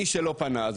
מי שלא פנה,